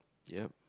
yup